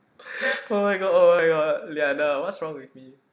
oh my god oh my god liana what's wrong with me